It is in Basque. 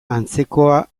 antzekoa